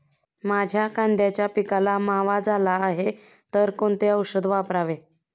माझ्या कांद्याच्या पिकाला मावा झाला आहे तर कोणते औषध वापरावे?